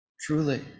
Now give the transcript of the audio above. truly